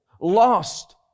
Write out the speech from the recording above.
lost